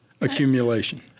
accumulation